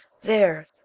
There